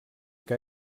que